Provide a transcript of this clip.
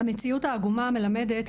המציאות העגומה מלמדת,